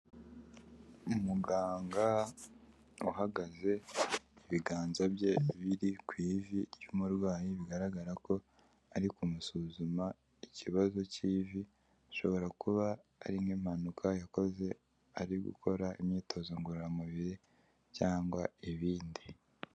Umuganga uhagaze ibiganza bye biri ku ivi ry'umurwayi, bigaragara ko ari kumusuzuma ikibazo k'ivi, ashobora kuba ari nk'impanuka yakoze ari gukora imyitozo ngororamubiri, cyangwa ibindi.